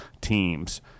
teams